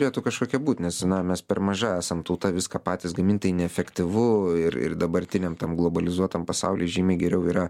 turėtų kažkokia būt nes na mes per maža esam tauta viską patys gamint tai neefektyvu ir ir dabartiniam tam globalizuotam pasauly žymiai geriau yra